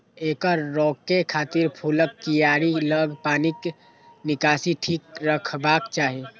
एकरा रोकै खातिर फूलक कियारी लग पानिक निकासी ठीक रखबाक चाही